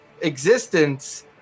existence